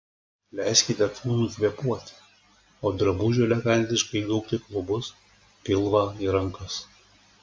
leiskite kūnui kvėpuoti o drabužiui elegantiškai gaubti klubus pilvą ir rankas